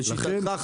לשיטתך,